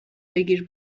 بگیر